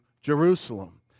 Jerusalem